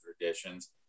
traditions